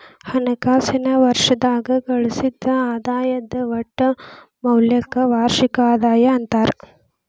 ಹಣಕಾಸಿನ್ ವರ್ಷದಾಗ ಗಳಿಸಿದ್ ಆದಾಯದ್ ಒಟ್ಟ ಮೌಲ್ಯಕ್ಕ ವಾರ್ಷಿಕ ಆದಾಯ ಅಂತಾರ